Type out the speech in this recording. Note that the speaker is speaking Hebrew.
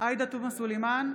עאידה תומא סלימאן,